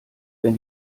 wenn